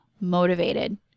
motivated